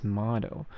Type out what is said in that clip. model